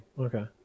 Okay